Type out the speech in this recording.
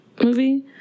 movie